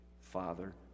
father